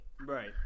Right